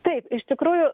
taip iš tikrųjų